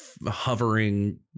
hovering